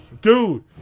dude